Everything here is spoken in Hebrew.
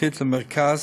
וחברתית למרכז